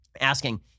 asking